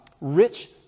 rich